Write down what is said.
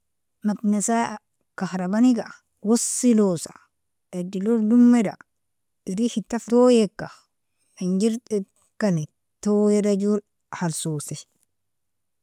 Maknasa kahrbaniga waselosa, edilog domeda erin hita toieka manjerkani toida joo khalsosi.